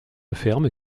ferme